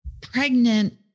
pregnant